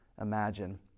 imagine